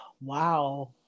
Wow